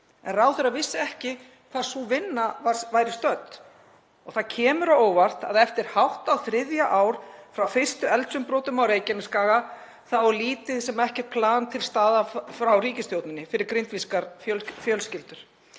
en ráðherra vissi ekki hvar sú vinna væri stödd. Það kemur á óvart að eftir hátt á þriðja ár, frá fyrstu eldsumbrotum á Reykjanesskaga, sé lítið sem ekkert plan til staðar frá ríkisstjórninni fyrir grindvískar fjölskyldur,